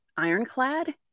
ironclad